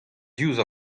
diouzh